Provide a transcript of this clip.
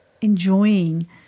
enjoying